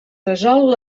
resol